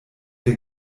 der